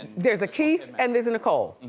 there's a keith, and there's a nicole.